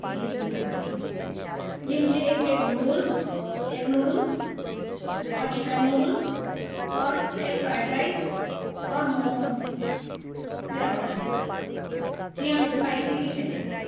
جی ابھی بول رہی ہوں جی مجھے ایک پلیٹ نوڈلس ایگ نوڈلس اور چکن نوڈلس اور ایک فرائڈ رائس اور موموز میرا آڈر ہیں جی ہاں اسپائسی بھی چاہئیں